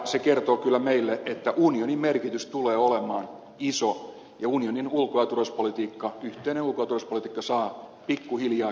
se kertoo kyllä meille että unionin merkitys tulee olemaan iso ja unionin yhteinen ulko ja turvallisuuspolitiikka saa pikkuhiljaa käytännön sisältöä